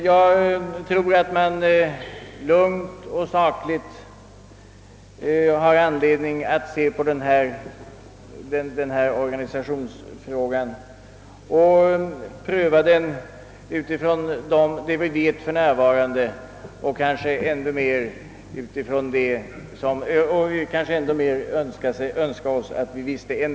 Jag tror att vi har anledning att lugnt och sakligt granska denna organisationsfråga och pröva den utifrån vad vi för närvarande vet och kanske utifrån vad vi önskar att vi visste.